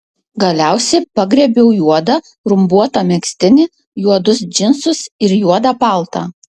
galiausiai pagriebiau juodą rumbuotą megztinį juodus džinsus ir juodą paltą